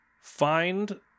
find